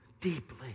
deeply